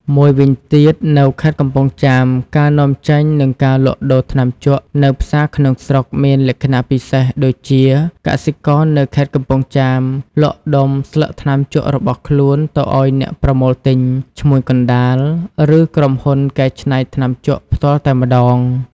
មួយវិញទៀតនៅខេត្តកំពង់ចាម ការនាំចេញនិងការលក់ដូរថ្នាំជក់នៅផ្សារក្នុងស្រុកមានលក្ខណៈពិសេសដូចជា កសិករនៅខេត្តកំពង់ចាមលក់ដុំស្លឹកថ្នាំជក់របស់ខ្លួនទៅឱ្យអ្នកប្រមូលទិញ ឈ្មួញកណ្ដាល ឬក្រុមហ៊ុនកែច្នៃថ្នាំជក់ផ្ទាល់តែម្ដង។